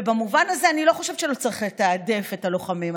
ובמובן הזה אני לא חושבת שלא צריך לתעדף את הלוחמים,